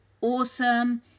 awesome